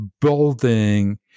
building